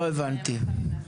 לא הבנתי.